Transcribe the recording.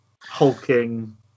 hulking